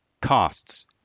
costs